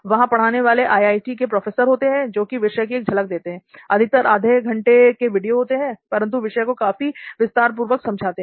वहां पढ़ाने वाले आईआईटी के प्रोफेसर होते हैं जो कि विषय की एक झलक देते हैं अधिकतर आधे घंटे के वीडियो होते हैं परंतु विषय को काफी विस्तार पूर्वक समझाते हैं